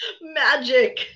Magic